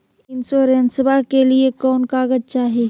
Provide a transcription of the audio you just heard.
इंसोरेंसबा के लिए कौन कागज चाही?